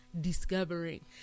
discovering